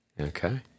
Okay